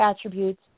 attributes